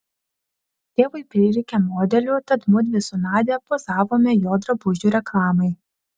tėvui prireikė modelių tad mudvi su nadia pozavome jo drabužių reklamai